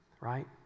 right